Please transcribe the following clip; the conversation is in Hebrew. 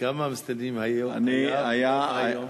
כמה מסתננים היו וכמה היום?